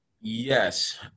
Yes